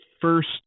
first